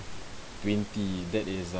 twenty that is ah